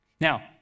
Now